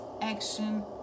action